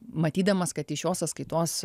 matydamas kad iš jo sąskaitos